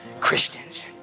Christians